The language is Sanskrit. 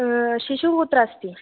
शिशुः कुत्र अस्ति